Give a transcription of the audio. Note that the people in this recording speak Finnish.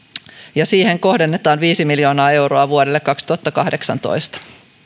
ja sinne kohdennetaan viisi miljoonaa euroa vuodelle kaksituhattakahdeksantoista